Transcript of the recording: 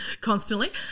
constantly